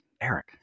Eric